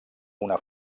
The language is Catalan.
una